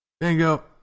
Bingo